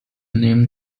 name